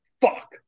fuck